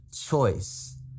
choice